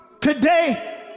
Today